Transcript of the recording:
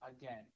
again